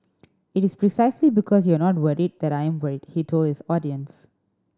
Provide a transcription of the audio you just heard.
it is precisely because you are not worried that I am worried he told his audience